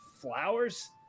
flowers